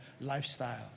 lifestyle